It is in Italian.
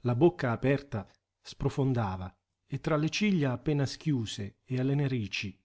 la bocca aperta sprofondava e tra le ciglia appena schiuse e alle narici